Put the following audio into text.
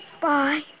Bye